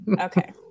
Okay